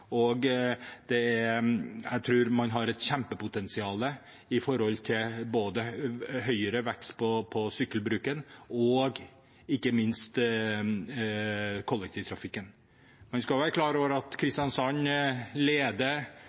Jeg tror man har et kjempepotensial når det gjelder både høyere vekst i sykkelbruken, og ikke minst kollektivtrafikken. Man skal være klar over at Kristiansand leder